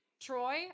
Troy